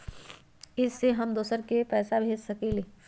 इ सेऐ हम दुसर पर पैसा भेज सकील?